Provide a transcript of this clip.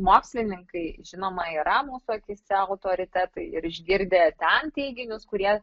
mokslininkai žinoma yra mūsų akyse autoritetai ir išgirdę ten teiginius kurie